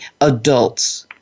adults